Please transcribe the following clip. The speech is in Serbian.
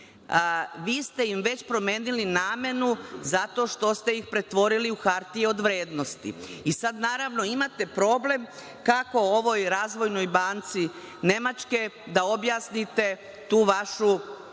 Vi ste im već promenili namenu zato što ste ih pretvorili u hartije od vrednosti i sada, naravno, imate problem kako ovoj Razvojnoj banci Nemačke da objasnite tu vašu neku